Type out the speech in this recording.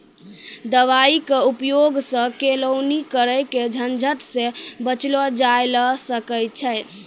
दवाई के उपयोग सॅ केलौनी करे के झंझट सॅ बचलो जाय ल सकै छै